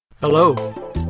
Hello